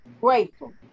grateful